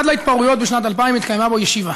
עד להתפרעויות בשנת 2000 התקיימה בו ישיבה.